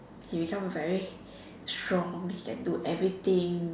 he became very strong he can do everything